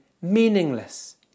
meaningless